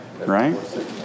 right